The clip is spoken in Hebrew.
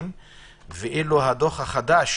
ואילו הדוח החדש